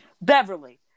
Beverly